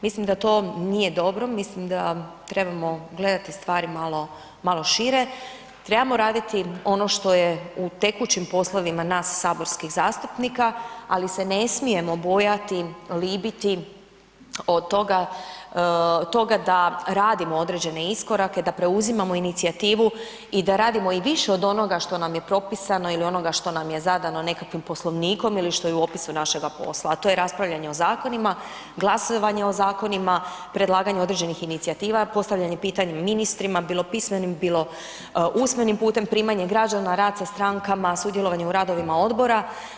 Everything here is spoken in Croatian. Mislim da to nije dobro, mislim da trebamo gledati stvari malo šire, trebamo raditi ono što je u tekućim poslovima nas saborskih zastupnika ali se ne smijemo bojati, libiti od toga da radimo određene iskorake, da preuzimamo inicijativu i da radimo i više od onoga što nam je propisano ili onoga što nam je zadano nekakvim poslovnikom ili što je u opisu našega posla a to je raspravljanje o zakonima, glasovanje o zakonima, predlaganje određenih inicijativa, postavljanje pitanja ministrima bilo pismenim, bilo usmenim putem, primanje građana, rad sa strankama, sudjelovanje u radovima odbora.